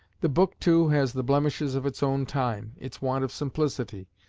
the book, too, has the blemishes of its own time its want of simplicity,